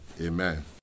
Amen